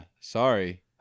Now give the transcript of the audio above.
Sorry